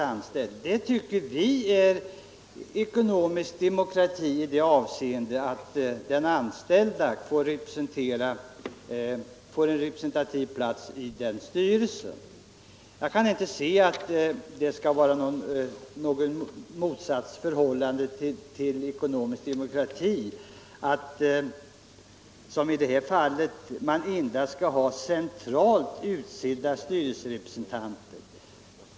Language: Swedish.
Vi tycker att det är ekonomisk demokrati att de anställda får en representant i styrelsen. Jag kan inte se att det skulle innebära något motsatsförhållande till ekonomisk demokrati. Varför skall man endast ha centralt utsedda styrelserepresentanter?